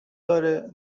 داره